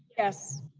yes.